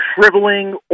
shriveling